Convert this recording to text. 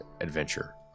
adventure